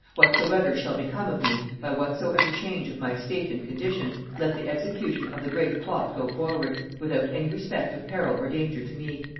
whatsoever shall become of me, by whatsoever change of my state and condition, let the execution of the great plot go forward, without any respect of peril or danger to me.